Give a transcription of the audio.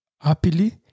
happily